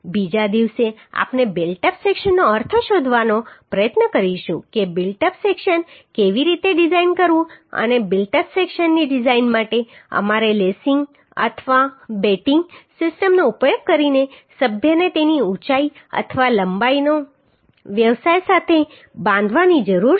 બીજા દિવસે આપણે બિલ્ટ અપ સેક્શનનો અર્થ શોધવાનો પ્રયત્ન કરીશું કે બિલ્ટ અપ સેક્શન કેવી રીતે ડિઝાઇન કરવું અને બિલ્ટ અપ સેક્શનની ડિઝાઇન માટે અમારે લેસિંગ અથવા અથવા બેટિંગ સિસ્ટમનો ઉપયોગ કરીને સભ્યને તેની ઊંચાઈ અથવા લંબાઈના વ્યવસાય સાથે બાંધવાની જરૂર છે